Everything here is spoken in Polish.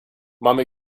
mamy